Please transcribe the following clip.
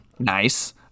nice